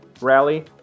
rally